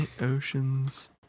Ocean's